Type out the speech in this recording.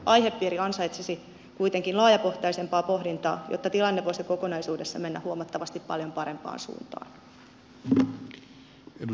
aihepiiri ansaitsisi kuitenkin laajapohjaisempaa pohdintaa jotta tilanne voisi kokonaisuudessaan mennä huomattavasti paljon parempaan suuntaan